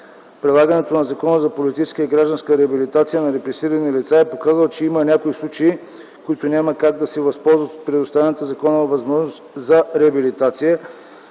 Прилагането на Закона за политическа и гражданска реабилитация на репресирани лица е показал, че има някои случаи, които няма как да се възползват от предоставената законова възможност за реабилитация,